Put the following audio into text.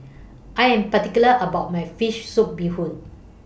I Am particular about My Fish Soup Bee Hoon